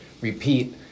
repeat